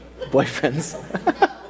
Boyfriends